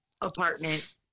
apartment